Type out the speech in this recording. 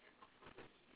ya